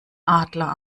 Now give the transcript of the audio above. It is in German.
adler